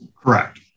Correct